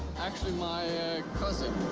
actually, my cousin.